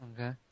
Okay